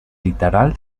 litoral